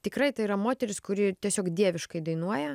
tikrai tai yra moteris kuri tiesiog dieviškai dainuoja